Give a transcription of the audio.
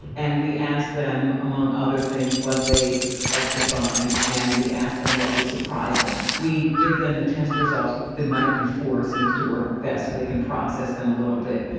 and we ask them, among other things, what they expect to find, and we ask them what would surprise them. we give them the test results the night before seems to work best so they can process them a little bit.